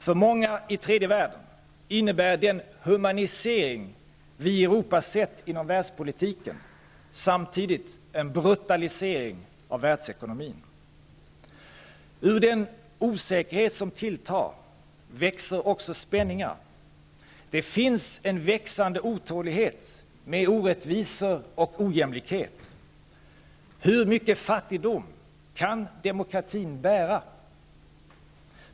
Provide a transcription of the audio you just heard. För många i tredje världen innebär den humanisering som vi i Europa sett inom världspolitiken samtidigt en brutalisering av världsekonomin. Ur den osäkerhet som tilltar växer också spänningar. Det finns en växande otålighet med orättvisor och ojämlikhet. Hur mycket fattigdom kan demokratin bära?